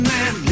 Man